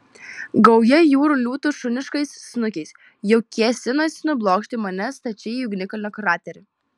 gauja jūrų liūtų šuniškais snukiais jau kėsinosi nublokšti mane stačiai į ugnikalnio kraterį